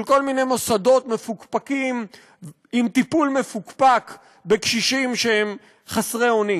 של כל מיני מוסדות מפוקפקים עם טיפול מפוקפק בקשישים שהם חסרי אונים,